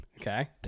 Okay